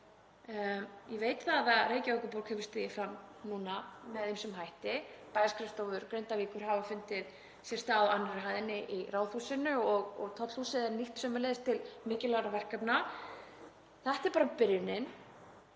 Ég veit að Reykjavíkurborg hefur stigið fram núna með ýmsum hætti. Bæjarskrifstofur Grindavíkur hafa fundið sér stað á annarri hæðinni í Ráðhúsinu og Tollhúsið er nýtt sömuleiðis til mikilvægra verkefna. Þetta er bara byrjunin